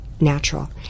natural